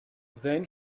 then